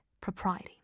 propriety